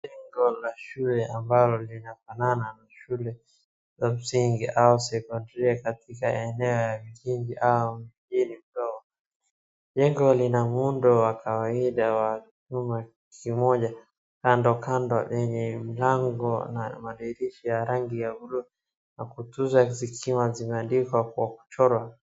Jengo la shule ambalo linafanana na shule ya msingi au secondary katika eneo ya kijiji au mjini, jengo lina muundo wa kawaida wa chuma kimoja kando kando yenye mlango na madirisha ya rangi ya blue na kuta zikiwa zimeandikwa kwa kuchorwa.